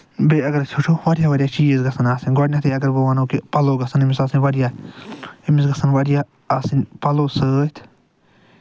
بیٚیہِ اَگر أسۍ وُچھو واریاہ واریاہ چیٖز گژھن آسٕنۍ گۄڈٕنٮ۪تھٕے اَگر بہٕ وَنو کہِ پَلو گژھن آسٕنۍ أمِس واریاہ أمِس گژھن واریاہ آسٕنۍ پَلو سۭتۍ